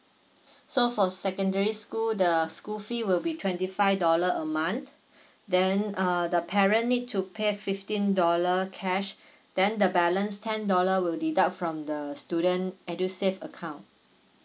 so for secondary school the school fee will be twenty five dollar a month then uh the parent need to pay fifteen dollar cash then the balance ten dollar will deduct from the student edusave account